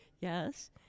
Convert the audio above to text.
Yes